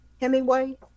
Hemingway